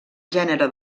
gènere